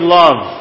love